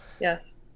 yes